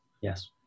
Yes